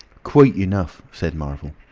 quite enough, said marvel.